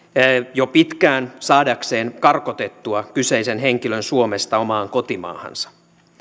jo pitkään saadakseen karkotettua kyseisen henkilön suomesta omaan kotimaahansa